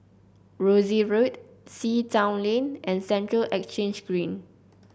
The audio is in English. Rosyth Road Sea Town Lane and Central Exchange Green